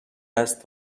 است